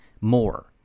more